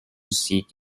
seek